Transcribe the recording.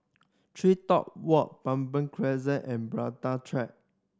TreeTop Walk Baber Crescent and Track